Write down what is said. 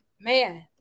Man